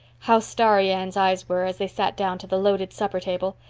how starry anne's eyes were as they sat down to the loaded supper table,